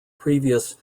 previous